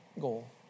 goal